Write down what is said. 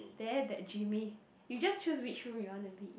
there that jimmy you just choose which room you want to be in